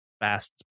fast